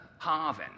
Harvin